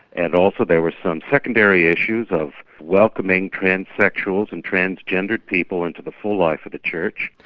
and also there were some secondary issues of welcoming transsexuals and transgender people into the full life of the church.